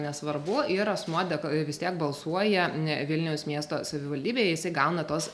nesvarbu ir asmuo dek vis tiek balsuoja vilniaus miesto savivaldybėje jisai gauna tos